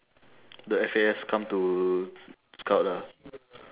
the F_A_S come to scout lah